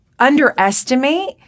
underestimate